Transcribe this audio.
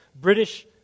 British